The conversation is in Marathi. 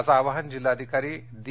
असं आवाहन जिल्हाधिकारी दी